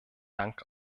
dank